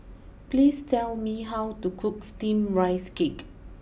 please tell me how to cook Steamed Rice Cake